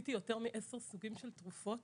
ניסיתי יותר מעשרה סוגים של תרופות.